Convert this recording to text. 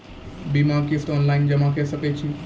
बीमाक किस्त ऑनलाइन जमा कॅ सकै छी?